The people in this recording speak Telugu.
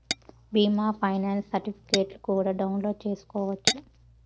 బీమా ఫైనాన్స్ సర్టిఫికెట్లు కూడా డౌన్లోడ్ చేసుకోవచ్చు